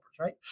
Right